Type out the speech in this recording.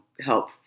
help